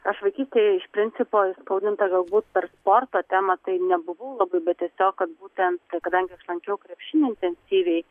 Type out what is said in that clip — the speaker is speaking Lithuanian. aš vaikystėje iš principo įskaudinta galbūt per sporto temą tai nebuvau labai bet tiesiog kad būtent kadangi lankiau krepšinį intensyviai